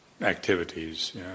activities